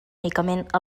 únicament